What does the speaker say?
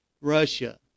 Russia